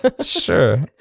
Sure